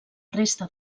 resta